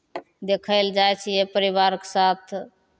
देखय लए जाइ छियै परिवारके साथ